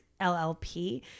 LLP